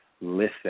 listen